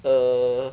err